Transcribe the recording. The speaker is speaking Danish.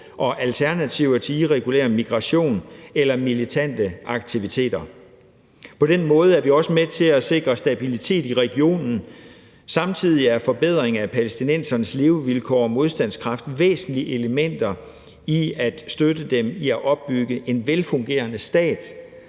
og alternativer til irregulær migration eller militante aktiviteter. På den måde er vi også med til at sikre stabilitet i regionen. Samtidig er forbedring af palæstinensernes levevilkår og modstandskraft væsentlige elementer i at støtte dem i at opbygge en velfungerende stat,